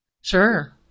Sure